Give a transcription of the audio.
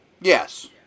Yes